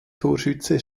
torschütze